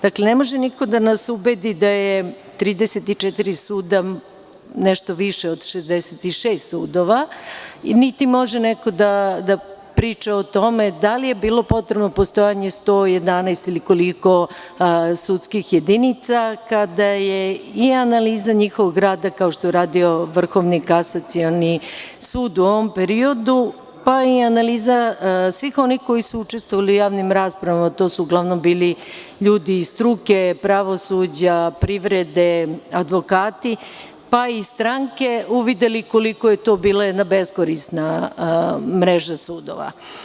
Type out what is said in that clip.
Dakle, ne može niko da nas ubedi da je 34 suda nešto više od 66 sudova, niti može neko da priča o tome da li je bilo potrebno postojanje 111ili koliko, sudskih jedinica kada je i analiza njihovog rada kao što je radio Vrhovni kasacioni sud u ovom periodu, pa i analiza svih onih koji su učestvovali u javnim raspravama, a to su uglavnom bili ljudi iz struke, pravosuđa, privrede, advokati, pa i stranke, uvideli koliko je to bila jedna beskorisna mreža sudova.